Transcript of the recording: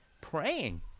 Praying